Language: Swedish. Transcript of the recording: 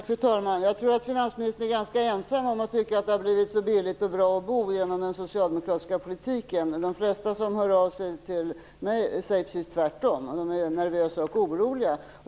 Fru talman! Jag tror att finansministern är ganska ensam om att tycka att det har blivit så billigt och bra att bo genom den socialdemokratiska politiken. De flesta som hör av sig till mig säger precis tvärtom - de är nervösa och oroliga.